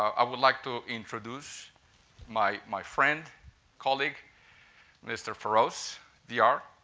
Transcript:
i would like to introduce my my friend colleague mr. ferose v r.